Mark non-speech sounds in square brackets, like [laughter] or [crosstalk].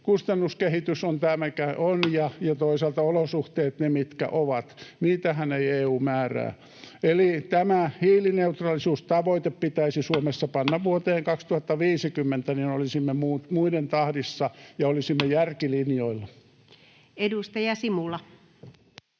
kustannuskehitys on tämä, mikä on, ja toisaalta olosuhteet ne, mitkä ovat. [noise] Niitähän ei EU määrää. Eli tämä hiilineutraalisuustavoite pitäisi Suomessa panna vuoteen 2050, [noise] niin olisimme muiden tahdissa ja olisimme järkilinjoilla. [Speech